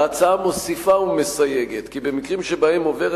ההצעה מוסיפה ומסייגת שבמקרים שבהם עוברת